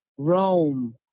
Rome